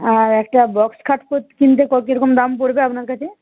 আর একটা বক্স খাট কিনতে কী রকম দাম পড়বে আপনার কাছে